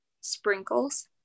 sprinkles